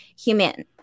human